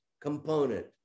component